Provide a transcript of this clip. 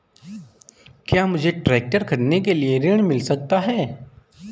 क्या मुझे ट्रैक्टर खरीदने के लिए ऋण मिल सकता है?